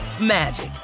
magic